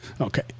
Okay